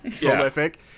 prolific